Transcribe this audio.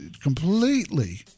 completely